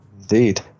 Indeed